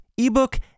Ebook